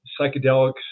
psychedelics